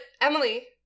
Emily